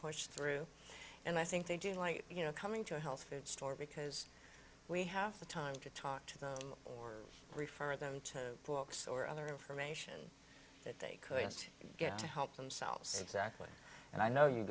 pushed through and i think they do like you know coming to a health food store because we have the time to talk to them or refer them to books or other information that they could get to help themselves exactly and i know you